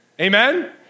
Amen